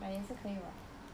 but 也是可以 [what]